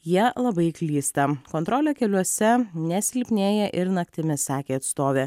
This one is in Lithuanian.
jie labai klysta kontrolė keliuose nesilpnėja ir naktimis sakė atstovė